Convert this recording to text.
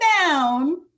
down